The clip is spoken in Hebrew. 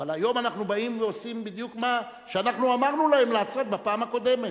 אבל היום אנחנו באים ועושים בדיוק מה שאמרנו להם לעשות בפעם הקודמת.